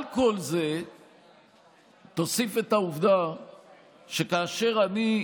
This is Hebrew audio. על כל זה תוסיף את העובדה שכאשר אני,